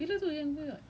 tapi tu pun susah